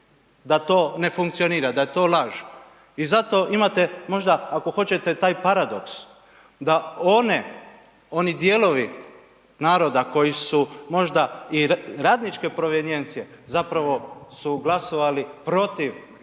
da to ne funkcionira, da je to laž. I zato imate, možda, ako hoćete, taj paradoks, da one, oni dijelovi naroda koji su možda i radničke provenijencije zapravo su glasovali protiv